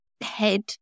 head